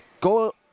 go